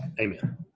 amen